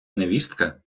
невістка